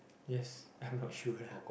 yes I'm not sure